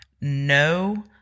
no